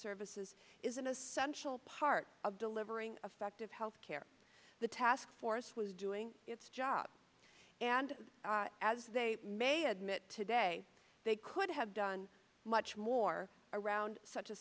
services is an essential part of delivering effective health care the task force was doing its job and as they may admit today they could have done much more around such a